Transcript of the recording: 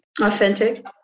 Authentic